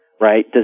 Right